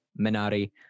Minari